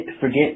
forget